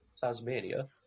Tasmania